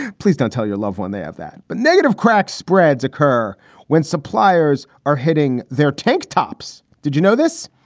ah please don't tell your loved one. they have that but negative crack spreads occur when suppliers are hitting their tank tops. did you know this?